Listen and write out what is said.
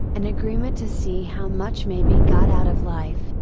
an agreement to see how much may be got out of life,